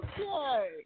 Okay